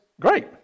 great